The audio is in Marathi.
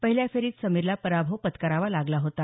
पहिल्या फेरीत समीरला पराभव पत्करावा लागला होता